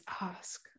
ask